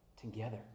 together